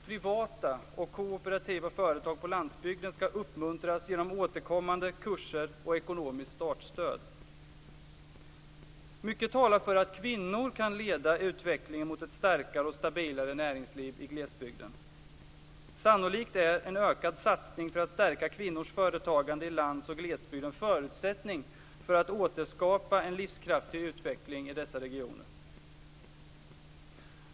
Privata och kooperativa företag på landsbygden skall uppmuntras genom återkommande kurser och ekonomiskt startstöd. Mycket talar för att kvinnor kan leda utvecklingen mot ett starkare och stabilare näringsliv i glesbygden. Sannolikt är en ökad satsning för att stärka kvinnors företagande i lands och glesbygd en förutsättning för att återskapa en livskraftig utveckling i dessa regioner.